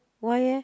why eh